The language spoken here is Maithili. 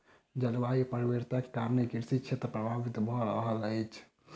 जलवायु परिवर्तनक कारणेँ कृषि क्षेत्र प्रभावित भअ रहल अछि